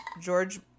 George